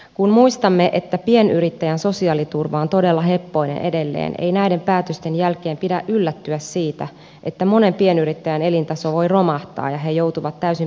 kun muistamme että pienyrittäjän sosiaaliturva on todella heppoinen edelleen ei näiden päätösten jälkeen pidä yllättyä siitä että monien pienyrittäjien elintaso voi romahtaa ja he joutuvat täysin perusturvan varaan